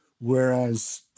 whereas